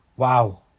Wow